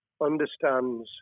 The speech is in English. understands